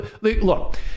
Look